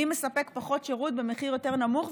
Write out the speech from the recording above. מי מספק פחות שירות במחיר יותר נמוך,